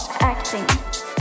acting